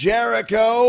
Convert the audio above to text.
Jericho